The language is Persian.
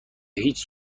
هیچ